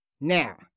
Now